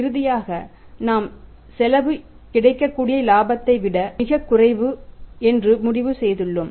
இறுதியாக நாம் செலவு கிடைக்கக்கூடிய இலாபத்தை விட மிகக் குறைவு என்று முடிவு செய்துள்ளோம்